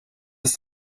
ist